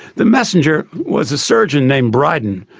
the messenger was a surgeon named bryden,